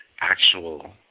Actual